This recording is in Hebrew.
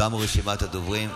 תמה רשימת הדוברים.